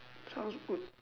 sounds good